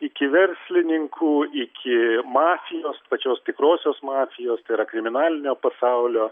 iki verslininkų iki mafijos pačios tikrosios mafijos tai yra kriminalinio pasaulio